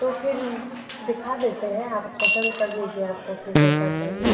तो फिर दिखा देते हैं आप पसन्द कर लीजिए आपको फिर कैसा चाहिए